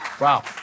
Wow